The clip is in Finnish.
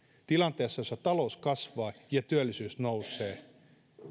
tilanteessa jossa talous kasvaa ja työllisyys nousee